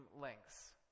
lengths